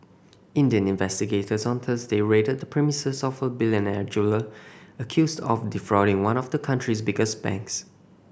Indian investigators on Thursday raided the premises of a billionaire jeweller accused of defrauding one of the country's biggest banks